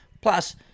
Plus